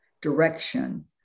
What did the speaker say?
direction